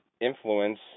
influence